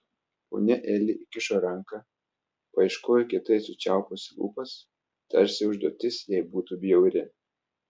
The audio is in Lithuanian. ponia eli įkišo ranką paieškojo kietai sučiaupusi lūpas tarsi užduotis jai būtų bjauri